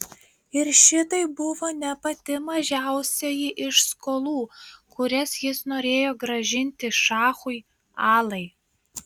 ir šitai buvo ne pati mažiausioji iš skolų kurias jis norėjo grąžinti šachui alai